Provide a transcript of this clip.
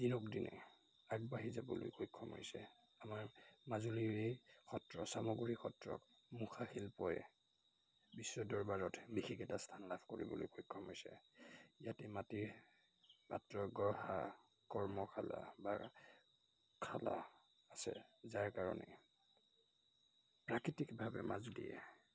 দিনক দিনে আগবাঢ়ি যাবলৈ সক্ষম হৈছে আমাৰ মাজুলীৰেই সত্ৰ চামগুৰি সত্ৰৰ মুখাশিল্পই বিশ্ব দৰবাৰত বিশেষ এটা স্থান লাভ কৰিবলৈ সক্ষম হৈছে ইয়াতে মাটিৰ পাত্ৰ গঢ়া কৰ্মশালা বা খালা আছে যাৰ কাৰণে প্ৰাকৃতিকভাৱে মাজুলীয়ে